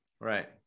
Right